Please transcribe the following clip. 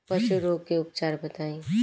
पशु रोग के उपचार बताई?